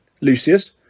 Lucius